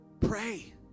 Pray